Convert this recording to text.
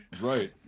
Right